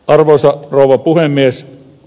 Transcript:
arvoisa rouva puhemies